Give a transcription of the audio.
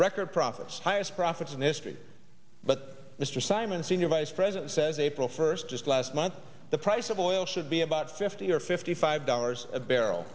profits highest profits in history but mr simon senior vice president says april first just last month the price of oil should be about fifty or fifty five dollars a barrel